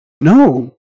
no